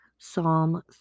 Psalm